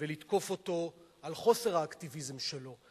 ולתקוף אותו על חוסר האקטיביזם שלו,